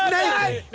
i